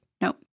Nope